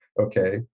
okay